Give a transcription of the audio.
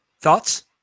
thoughts